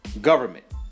government